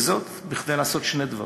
וזאת כדי לעשות שני דברים: